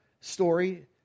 story